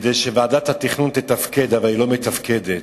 כדי שוועדת התכנון תתפקד, אבל היא לא מתפקדת,